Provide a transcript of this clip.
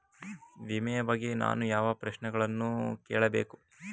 ವಿಮೆಯ ಬಗ್ಗೆ ನಾನು ಯಾವ ಪ್ರಶ್ನೆಗಳನ್ನು ಕೇಳಬೇಕು?